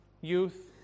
youth